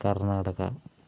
Karnataka